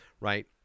right